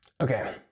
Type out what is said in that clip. Okay